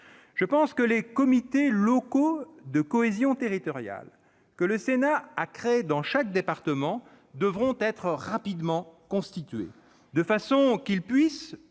Je pense que les comités locaux de cohésion territoriale que le Sénat a créés dans chaque département devront être constitués rapidement, de façon qu'ils puissent,